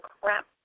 crap